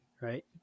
Right